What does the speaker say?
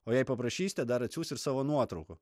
o jei paprašysite dar atsiųs ir savo nuotraukų